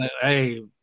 Hey